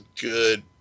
good